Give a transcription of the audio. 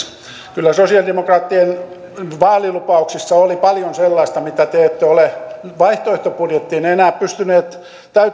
kyllä sosialidemokraattien vaalilupauksissa oli paljon sellaista mitä te ette ole vaihtoehtobudjettiinne enää pystyneet